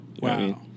Wow